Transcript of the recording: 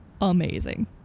Amazing